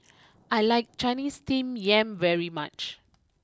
I like Chinese Steamed Yam very much